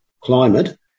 climate